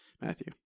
Matthew